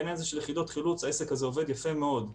בעניין הזה של יחידות חילוץ שיתוף הפעולה עובד יפה מאוד.